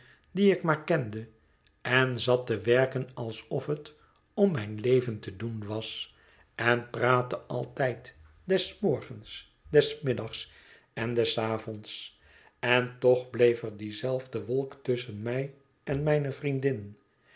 die ik maar kende en zat te werken alsof het om mijn leven te doen was en praatte altijd des morgens des middags en des avonds en toch bleef er die zelfde wolk tusschen mij en mijne vriendin